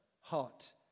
heart